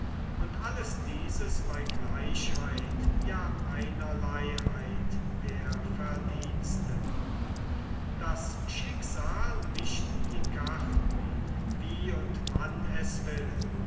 und alles dieses bei gleichheit ja einerleiheit der verdienste das schicksal mischt die karten wie und wann es will